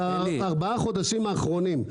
בארבעת החודשים האחרונים.